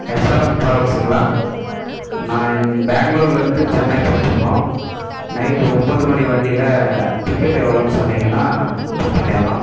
SRM ட்ராவல்ஸுங்களா நான் பெங்களூர்லேருந்து சென்னை புறப்படணும் நைட்டு ஒன்போது மணி வண்டியில் டிக்கெட்டு எவ்வளோனு சொன்னீங்கன்னா புக் பண்ணிடலாம்